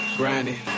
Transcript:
grinding